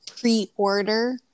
pre-order